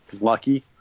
lucky